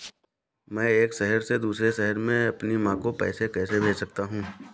मैं एक शहर से दूसरे शहर में अपनी माँ को पैसे कैसे भेज सकता हूँ?